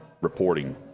reporting